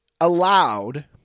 allowed